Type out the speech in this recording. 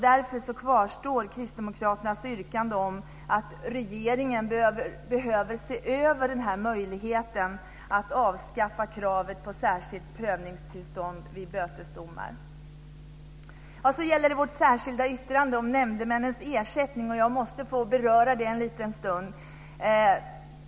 Därför kvarstår kristdemokraternas yrkande om att regeringen bör se över möjligheten att avskaffa kravet på särskilt prövningstillstånd vid bötesdomar. Sedan gäller det vårt särskilda yttrande om nämndemännens ersättning. Jag måste få beröra det en liten stund.